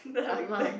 the ah-ma